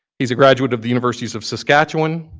he's a graduate of the universities of saskatchewan,